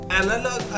analog